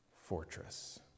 fortress